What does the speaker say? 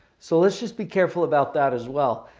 so, let's just be careful about that as well.